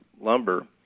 lumber